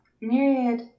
Myriad